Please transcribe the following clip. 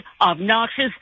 obnoxious